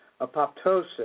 apoptosis